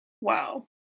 Wow